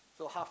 so half